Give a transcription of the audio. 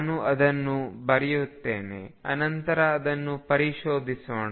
ನಾನು ಅದನ್ನು ಬರೆಯುತ್ತೇನೆ ಅನಂತರ ಅದನ್ನು ಪರಿಶೋಧಿಸೋಣ